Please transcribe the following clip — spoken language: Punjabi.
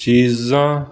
ਚੀਜ਼ਾਂ